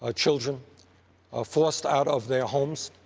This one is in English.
ah children ah forced out of their homes.